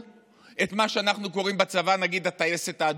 את מה שאנחנו קוראים לו בצבא נגיד "הטייסת האדומה",